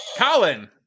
Colin